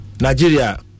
Nigeria